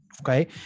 okay